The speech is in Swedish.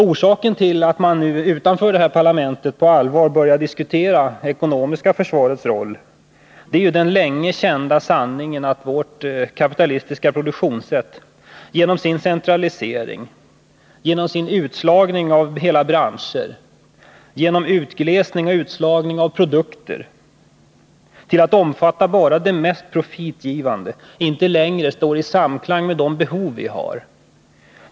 Orsaken till att man nu utanför detta parlament på allvar börjar diskutera det ekonomiska försvarets roll är den sedan länge kända sanningen att vårt kapitalistiska produktionssätt genom sin centralisering, genom sin utslagning av hela branscher och genom sin utglesning och utslagning av produktsortimenten till att omfatta bara det mest profitgivande, inte längre står i samklang med de behov som vi har i vårt land.